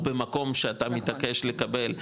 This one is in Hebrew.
או במקום שאתה מתעקש לקבל,